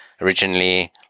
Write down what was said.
originally